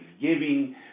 giving